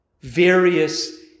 various